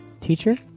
Teacher